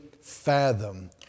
fathom